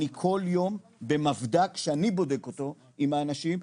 אני כל יום במבדק שאני בודק אותו עם האנשים,